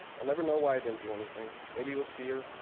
i'll never know why i didn't do anything. maybe it was fear,